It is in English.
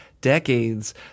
decades